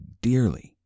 dearly